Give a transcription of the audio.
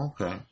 okay